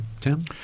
Tim